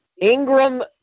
Ingram